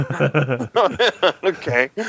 Okay